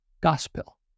gospel